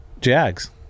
jags